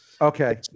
okay